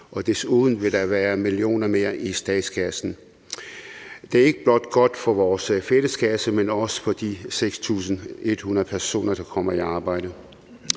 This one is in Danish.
og desuden vil der være millioner mere i statskassen. Det er ikke blot godt for vores fælleskasse, men også for de 6.100 personer, der kommer i arbejde.